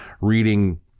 reading